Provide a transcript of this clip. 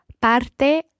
Parte